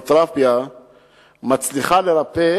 שהכימותרפיה מצליחה לרפא